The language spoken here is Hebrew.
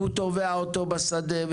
והוא תובע אותו בשדה,